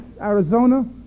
Arizona